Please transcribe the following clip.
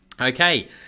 okay